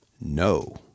No